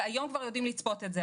והיום כבר יודעים לצפות את זה.